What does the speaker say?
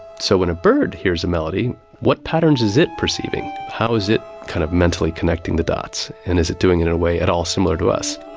so, when a bird hears a melody, what patterns is it perceiving? how is it kind of mentally connecting the dots, and is it doing it in a way at all similar to us?